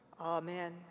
Amen